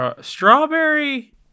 Strawberry